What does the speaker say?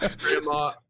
Grandma